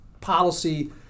policy